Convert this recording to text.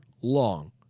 long